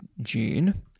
June